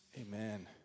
Amen